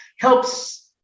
helps